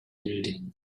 building